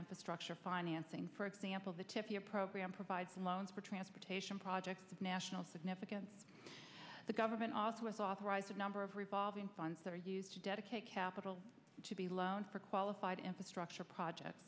infrastructure financing for example the tip your program provides loans for transportation projects national significance the government also with authorized number of revolving funds to dedicate capital to be loans for qualified infrastructure project